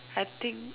I think